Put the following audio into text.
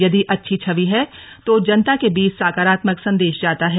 यदि अच्छी छवि है तो जनता के बीच सकारात्मक संदेश जाता है